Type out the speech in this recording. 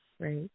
right